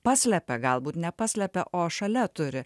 paslepia galbūt nepaslepia o šalia turi